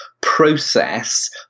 process